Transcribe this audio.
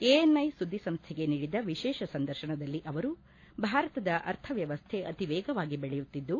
ANI ಸುದ್ದಿಸಂಸ್ನೆಗೆ ನೀಡಿದ ವಿಶೇಷ ಸಂದರ್ತನದಲ್ಲಿ ಅವರು ಭಾರತದ ಅರ್ಥವ್ಯವಸ್ನೆ ಅತಿ ವೇಗವಾಗಿ ಬೆಳೆಯುತ್ತಿದ್ದು